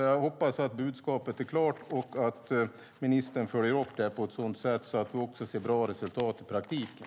Jag hoppas att budskapet är klart och att ministern följer upp det på ett sådant sätt att vi också ser bra resultat i praktiken.